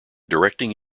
directing